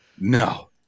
no